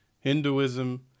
Hinduism